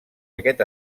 aquest